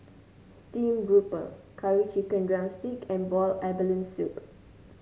Steamed Grouper Curry Chicken drumstick and Boiled Abalone Soup